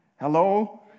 Hello